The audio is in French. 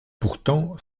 pourtant